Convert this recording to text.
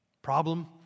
Problem